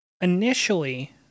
initially